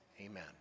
amen